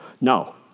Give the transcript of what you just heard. No